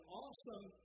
awesome